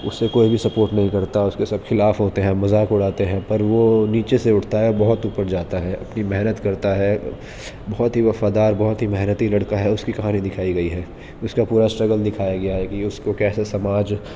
اسے کوئی بھی سپورٹ نہیں کرتا اس کے سب خلاف ہوتے ہیں مذاق اڑاتے ہیں پر وہ نیچے سے اٹھتا ہے بہت اوپر جاتا ہے اپنی محنت کرتا ہے بہت ہی وفادار بہت ہی محنتی لڑکا ہے اس کی کہانی دکھائی گئی ہے اس کا پورا اسٹرگل دکھایا گیا ہے کہ اس کو کیسے سماج